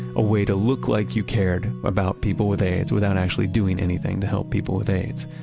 a way to look like you cared about people with aids without actually doing anything to help people with aids.